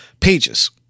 Pages